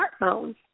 smartphones